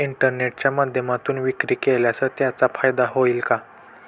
इंटरनेटच्या माध्यमातून विक्री केल्यास त्याचा फायदा होईल का?